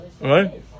right